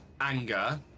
anger